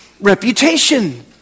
Reputation